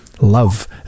love